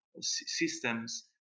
systems